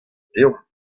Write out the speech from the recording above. deomp